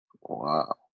Wow